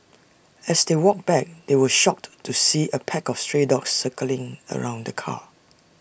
as they walked back they were shocked to see A pack of stray dogs circling around the car